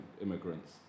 immigrants